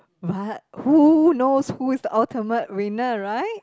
but who knows who is the ultimate winner right